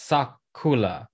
Sakula